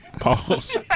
Pause